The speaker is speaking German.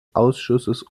ausschusses